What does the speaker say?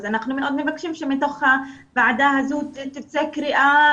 אז אנחנו מאוד מבקשים שמתוך הוועדה הזו תצא קריאה